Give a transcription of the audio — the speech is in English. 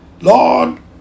Lord